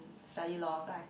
study law so I